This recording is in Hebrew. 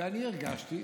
ואני הרגשתי,